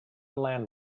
land